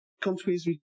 countries